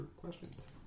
questions